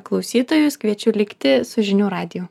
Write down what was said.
klausytojus kviečiu likti su žinių radiju